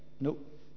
nope